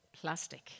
plastic